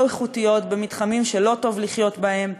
איכותיות במתחמים שלא טוב לחיות בהם,